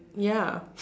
ya